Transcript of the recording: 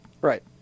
Right